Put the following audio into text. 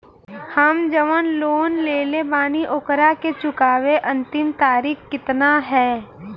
हम जवन लोन लेले बानी ओकरा के चुकावे अंतिम तारीख कितना हैं?